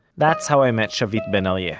that's how i met shavit ben-arie yeah